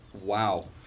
Wow